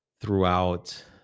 throughout